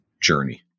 journey